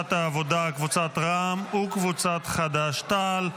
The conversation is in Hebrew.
קבוצת העבודה, קבוצת רע"מ וקבוצת חד"ש-תע"ל: